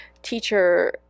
teacher